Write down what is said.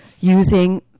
using